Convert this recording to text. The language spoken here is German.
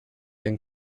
ihren